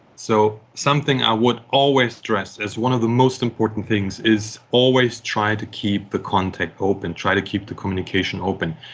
so something i would always stress as one of the most important things is always try to keep the contact open, try to keep the communication open.